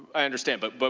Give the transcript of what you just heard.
i understand but but